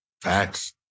Facts